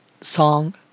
song